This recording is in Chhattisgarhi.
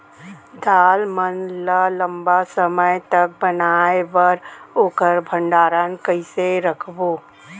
दाल मन ल लम्बा समय तक बनाये बर ओखर भण्डारण कइसे रखबो?